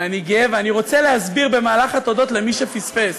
ואני גאה ואני רוצה להסביר במהלך התודות למי שפספס.